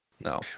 No